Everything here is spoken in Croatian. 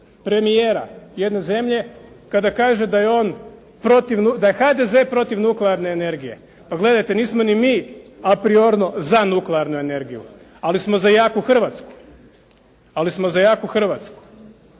premijera jedne zemlje kada kaže da je on, da je HDZ protiv nuklearne energije. Pa gledajte, nismo ni mi apriorno za nuklearnu energiju, ali smo za jaku Hrvatsku. Ali smo za jaku Hrvatsku